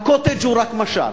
ה"קוטג'" הוא רק משל.